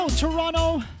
Toronto